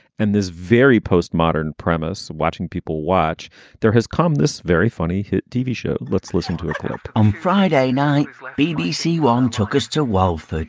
and this very post-modern premise, watching people watch their has come this very funny tv show let's listen to a clip. on friday night, bbc one took us to twelve, like